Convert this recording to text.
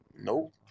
Nope